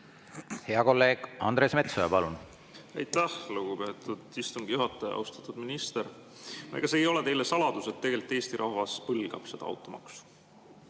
Hea kolleeg Andres Metsoja, palun! Aitäh, lugupeetud istungi juhataja! Austatud minister! Ega see ei ole teile saladus, et Eesti rahvas põlgab seda automaksu.